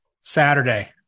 Saturday